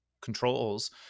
controls